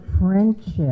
friendship